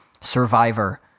Survivor